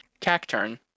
Cacturn